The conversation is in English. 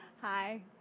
Hi